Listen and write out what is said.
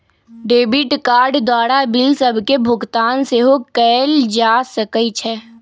debit card द्वारा bill सभके भुगतान सेहो कएल जा सकइ छै